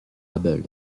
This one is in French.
abel